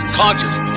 concerts